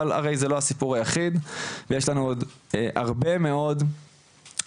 אבל הרי שזה לא הסיפור היחיד ויש לנו עוד הרבה מאוד לקונות